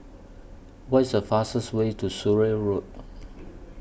What IS The fastest Way to Surrey Road